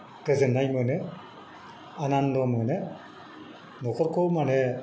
गोजोननाय मोनो आनन्द' मोनो न'खरखौ माने